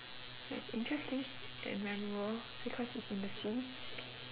so it's interesting and memorable because it's in the sea